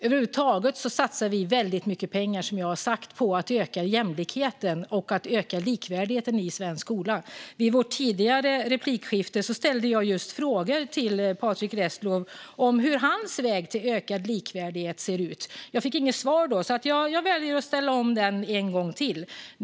Över huvud taget satsar vi, som jag har sagt, väldigt mycket pengar på att öka jämlikheten och likvärdigheten i svensk skola. Vid vårt tidigare replikskifte ställde jag just frågor till Patrick Reslow om hur hans väg till ökad likvärdighet ser ut. Jag fick inget svar då. Jag väljer att ställa den frågan en gång till.